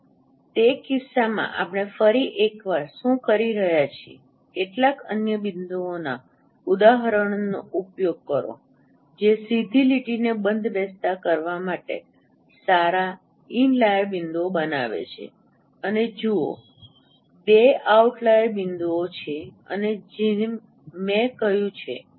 તેથી તે કિસ્સામાં આપણે ફરી એકવાર શું કરી રહ્યા છીએ કેટલાક અન્ય બિંદુઓનાં ઉદાહરણોનો ઉપયોગ કરો જે સીધી લીટીને બંધબેસતા કરવા માટે સારા ઇનલાઈર બિંદુઓ બનાવે છે અને જુઓ 2 આઉટલાઈર બિંદુઓ છે અને જેમ મેં કહ્યું છે